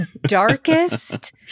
darkest